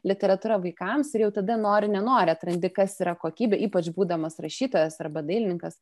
literatūra vaikams ir jau tada nori nenori atrandi kas yra kokybė ypač būdamas rašytojas arba dailininkas